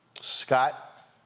Scott